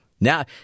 now